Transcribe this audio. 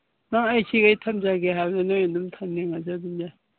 ꯅꯪ ꯑꯩ ꯁꯤꯒꯩ ꯊꯝꯖꯒꯦ ꯍꯥꯏꯕꯗꯨ ꯅꯣꯏ ꯑꯗꯨꯝ ꯊꯝꯅꯤꯡꯉꯁꯨ ꯑꯗꯨꯝ ꯌꯥꯏ